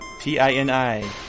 T-I-N-I